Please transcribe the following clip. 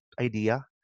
idea